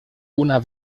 una